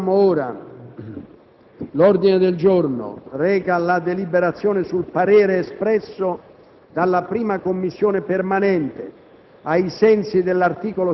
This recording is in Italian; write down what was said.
finestra"). L'ordine del giorno reca la deliberazione sul parere espresso dalla 1a Commissione permanente,